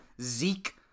Zeke